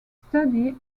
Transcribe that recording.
study